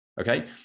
okay